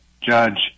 Judge